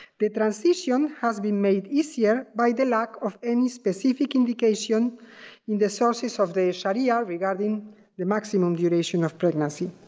the transition has been made easier by the lack of any specific indication in the sources ah of the sharia yeah regarding the maximum duration of pregnancy.